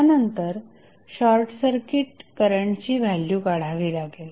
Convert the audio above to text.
त्यानंतर शॉर्टसर्किट करंटची व्हॅल्यू काढावी लागेल